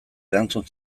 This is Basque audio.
erantzun